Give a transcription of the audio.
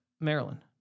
Maryland